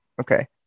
okay